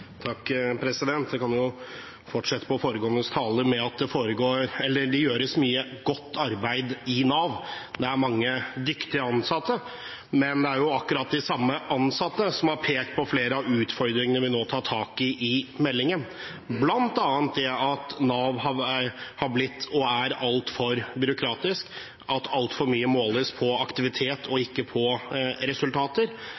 Jeg kan fortsette på foregåendes tale med at det gjøres mye godt arbeid i Nav. Det er mange dyktige ansatte, men det er akkurat de samme ansatte som har pekt på flere av utfordringene vi nå tar tak i i meldingen, bl.a. at Nav har blitt, og er, altfor byråkratisk, og at altfor mye måles på aktivitet, og